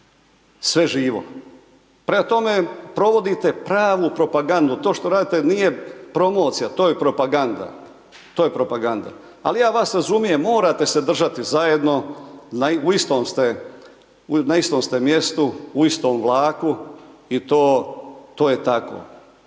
sve živo, prema tome, provodite pravu propagandu, to što radite nije promocija, to je propaganda, to je propaganda, ali ja vas razumijem, morate se držati zajedno, u istom ste, na istom ste mjestu, u istom vlaku i to, to je tako.